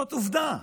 זאת עובדה.